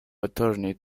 attorney